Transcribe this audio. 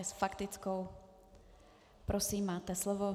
S faktickou, prosím, máte slovo.